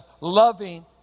loving